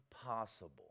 impossible